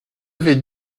vais